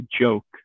joke